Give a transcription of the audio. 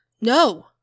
No